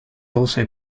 also